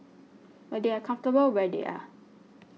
but they are comfortable where they are